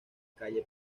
calle